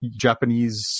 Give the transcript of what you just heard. Japanese